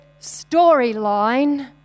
storyline